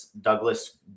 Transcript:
Douglas